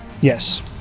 Yes